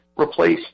replace